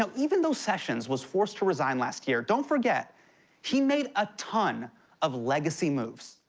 so even though sessions was forced to resign last year, don't forget he made a ton of legacy moves.